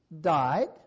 died